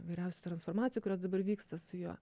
įvairiausių transformacijų kurios dabar vyksta su juo